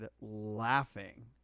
laughing